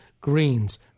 greens